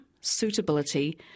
suitability